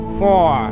four